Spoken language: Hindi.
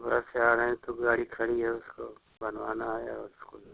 उधर से आ रहे हैं तो गाड़ी खड़ी है उसको बनवाना है और उसको जो है